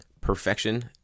Perfection